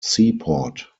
seaport